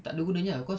takde gunanya cause